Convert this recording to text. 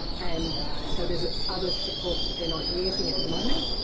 and so there's other supports at they're not using at the moment.